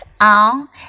on